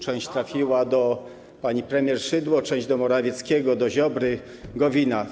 Część trafiła do pani premier Szydło, część do Morawieckiego, do Ziobry, Gowina.